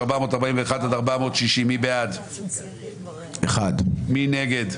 2 בעד, 8 נגד,